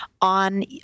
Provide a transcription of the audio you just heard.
on